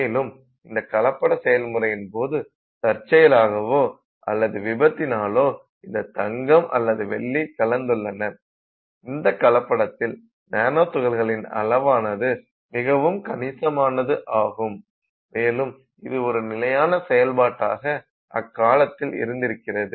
மேலும் இந்த கலப்பட செயல்முறையின் போது தற்செயலாகவோ அல்லது விபத்தினாலோ இந்த தங்கம் அல்லது வெள்ளி கலந்துள்ளன இந்த கலப்படத்தில் நானோ துகள்களின் அளவானது மிகவும் கணிசமானது ஆகும் மேலும் இது ஒரு நிலையான செயல்பாடாக அக்காலத்தில் இருந்திருக்கின்றது